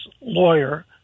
lawyer